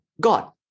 God